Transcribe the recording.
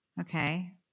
Okay